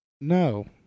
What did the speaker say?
No